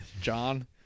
John